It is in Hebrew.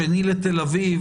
השני לתל אביב,